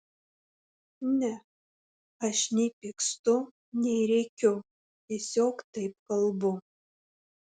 ne aš nei pykstu nei rėkiu tiesiog taip kalbu